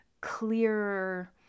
clearer